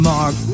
Mark